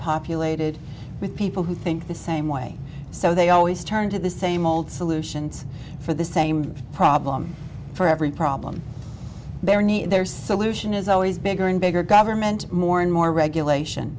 populated with people who think the same way so they always turn to the same old solutions for the same problem for every problem they're neither solution is always bigger and bigger government more and more regulation